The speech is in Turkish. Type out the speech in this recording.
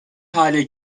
hale